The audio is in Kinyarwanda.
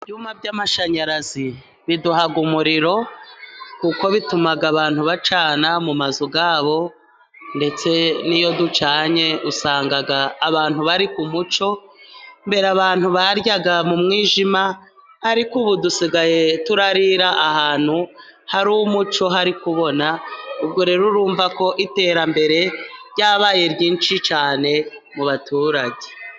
Ibyuma by'amashanyarazi biduha umuriro kuko bituma abantu bacana mu mazu yabo, ndetse n'iyo ducanye usanga abantu bari ku mucyo, mbere abantu baryaga mu mwijima ariko ubu dusigaye turarira ahantu hari umucyo hari kubona, ubwo rero urumvako iterambere ryabaye ryinshi cyane mu baturage.